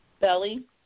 belly